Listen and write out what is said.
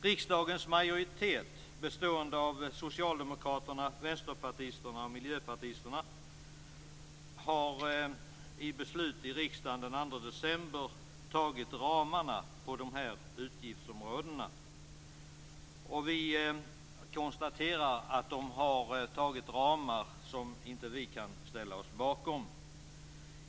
Riksdagens majoritet bestående av socialdemokraterna, vänsterpartisterna och miljöpartisterna har i beslut i riksdagen den 2 december antagit ramarna för dessa utgiftsområden. Vi konstaterar att de har antagit ramar som vi inte kan ställa oss bakom.